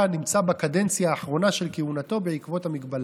הנמצא בקדנציה האחרונה של כהונתו בעקבות המגבלה.